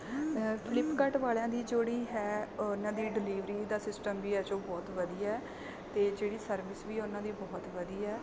Flipkart ਵਾਲਿਆਂ ਦੀ ਜਿਹੜੀ ਹੈ ਉਨ੍ਹਾਂ ਦੀ ਡਿਲੀਵਰੀ ਦਾ ਸਿਸਟਮ ਵੀ ਹੈ ਜੋ ਬਹੁਤ ਵਧੀਆ ਅਤੇ ਜਿਹੜੀ ਸਰਵਿਸ ਵੀ ਉਨ੍ਹਾਂ ਦੀ ਬਹੁਤ ਵਧੀਆ